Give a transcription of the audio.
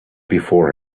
before